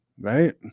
right